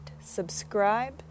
subscribe